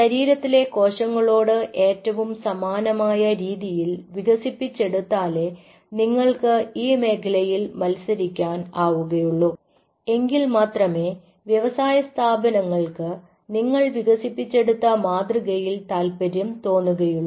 ശരീരത്തിലെ കോശങ്ങളോട് ഏറ്റവും സമാനമായ രീതിയിൽ വികസിപ്പിച്ചെടുത്താലേ നിങ്ങൾക്ക് ഈ മേഖലയിൽ മത്സരിക്കാൻ ആവുകയുള്ളൂ എങ്കിൽ മാത്രമേ വ്യവസായസ്ഥാപനങ്ങൾക്ക് നിങ്ങൾ വികസിപ്പിച്ചെടുത്ത മാതൃകയിൽ താല്പര്യം തോന്നുകയുള്ളൂ